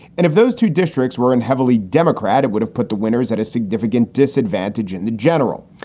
and if those two districts were in heavily democratic, would have put the winners at a significant disadvantage in the general.